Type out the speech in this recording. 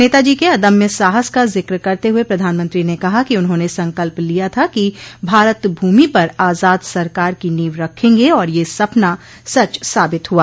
नेताजी के अद्म्य साहस का जिक्र करते हुए प्रधानमंत्री ने कहा कि उन्होंने संकल्प लिया था कि भारत भूमि पर आजाद सरकार की नींव रखेंगे और यह सपना सच साबित हुआ